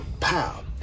pow